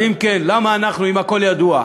אז אם כן, למה אם הכול ידוע,